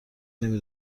نمی